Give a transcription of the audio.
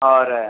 और